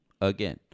Again